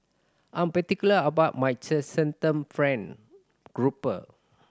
I'm particular about my friend grouper